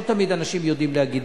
לא תמיד אנשים יודעים להגיד,